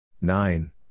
Nine